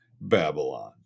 Babylon